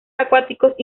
acuáticos